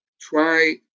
try